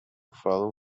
falam